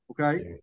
okay